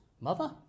mother